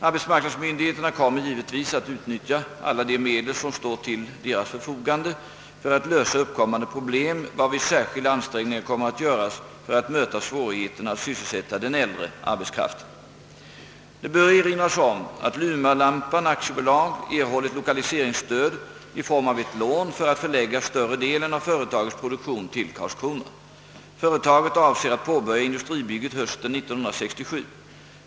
Arbetsmarknadsmyndigheterna kommer givetvis att utnyttja alla de medel som står till deras förfogande för att lösa uppkommande problem, varvid särskilda ansträngningar kommer att göras för att möta svårigheterna att sysselsätta den äldre arbetskraften. Det bör erinras om att Luma-lampan AB erhållit lokaliseringsstöd i form av ett lån för att förlägga större delen av företagets produktion till Karlskrona. Företaget avser att påbörja industribygget hösten 1967.